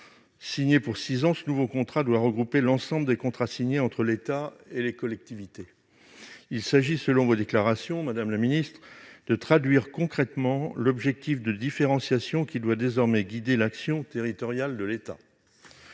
Signé pour six ans, il doit regrouper l'ensemble des contrats signés entre l'État et les collectivités. Il s'agit, selon vos déclarations, madame la ministre, « de traduire concrètement l'objectif de différenciation qui doit désormais guider l'action territoriale de l'État